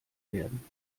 werden